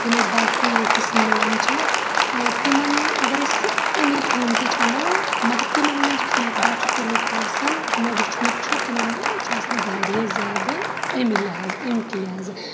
یِم اَسہِ باقے یہِ قٔسٕم ملان چھ تِمن اگر أسۍ امی قٕمتِچ اَنو مگر تِمن منٛز یُس مٮ۪قدار چھُ تِلُک آسان مےٚ وٕچھمُت چھُ تِمن چھُ آسان واریاہ زیٛادٕ اَمہِ لحاظہٕ أمۍ کہ لِحاظہٕ